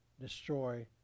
destroy